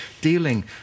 dealing